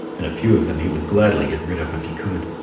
and a few of them he would gladly get rid of if he could.